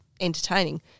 entertaining